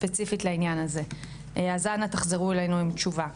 ספציפית לעניין הזה, אז אנא תחזרו אלינו עם תשובה.